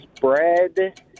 bread